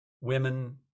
women